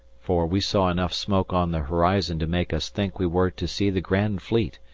for we saw enough smoke on the horizon to make us think we were to see the grand fleet,